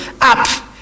up